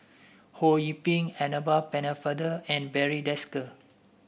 Ho Yee Ping Annabel Pennefather and Barry Desker